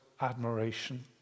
admiration